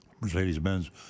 Mercedes-Benz